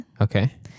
Okay